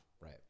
right